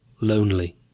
lonely